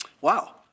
Wow